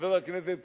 חבר הכנסת